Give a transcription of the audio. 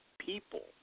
people